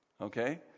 Okay